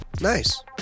nice